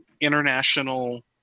international